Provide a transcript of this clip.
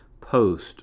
post